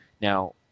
Now